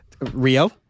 Rio